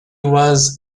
was